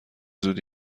زودی